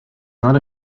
not